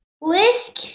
Whisk